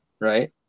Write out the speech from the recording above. right